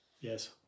Yes